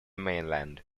mainland